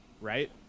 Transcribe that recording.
right